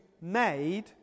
made